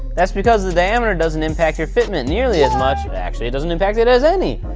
that's because the diameter doesn't impact your fitment nearly as much, but actually, it doesn't impact it as any,